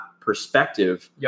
perspective